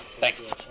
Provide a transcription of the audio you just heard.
thanks